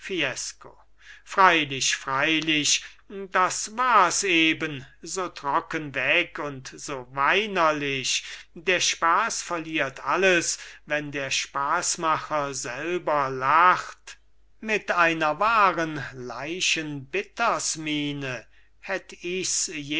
freilich freilich das wars eben so trocken weg und so weinerlich der spaß verliert alles wenn der spaßmacher selber lacht mit einer wahren leichenbittersmiene hätt ichs